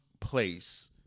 place